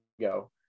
go